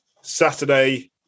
Saturday